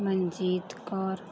Manjeet Kaur